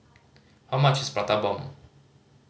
how much is Prata Bomb